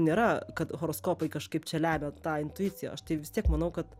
nėra kad horoskopai kažkaip čia lemia tą intuiciją aš tai vis tiek manau kad